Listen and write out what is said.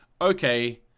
okay